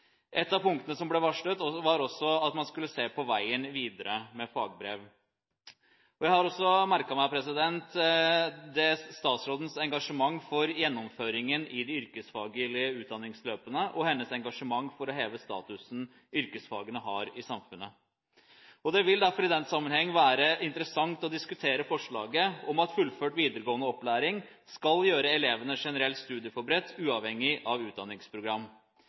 av punktene som ble varslet, var også at man skulle se på veien videre når det gjelder fagbrev. Jeg har også merket meg statsrådens engasjement for gjennomføringen i de yrkesfaglige utdanningsløpene og hennes engasjement for å heve statusen til yrkesfagene i samfunnet. Det vil derfor, i den sammenheng, være interessant å diskutere forslaget om at «fullført videregående opplæring skal gjøre elevene generelt studieforberedt uavhengig av utdanningsprogram».